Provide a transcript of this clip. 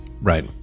Right